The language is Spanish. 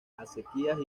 acequias